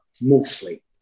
mostly